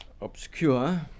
obscure